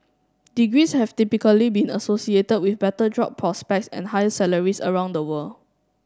degrees have typically been associated with better job prospects and higher salaries around the world